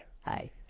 Hi